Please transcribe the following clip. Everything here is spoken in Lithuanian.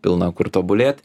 pilna kur tobulėt